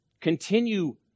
Continue